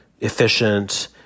efficient